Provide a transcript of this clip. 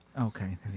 Okay